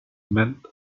meant